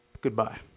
Goodbye